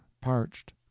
parched